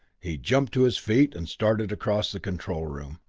he jumped to his feet and started across the control room.